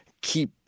Keep